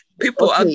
people